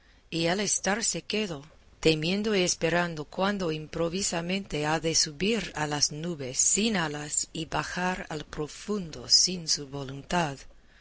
y él estarse quedo temiendo y esperando cuándo improvisamente ha de subir a las nubes sin alas y bajar al profundo sin su voluntad